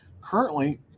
currently